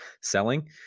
Selling